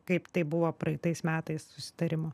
kaip tai buvo praeitais metais susitarimo